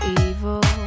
evil